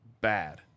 bad